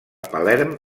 palerm